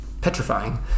petrifying